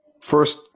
first